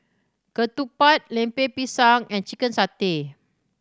ketupat Lemper Pisang and chicken satay